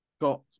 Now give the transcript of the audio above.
got